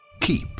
keep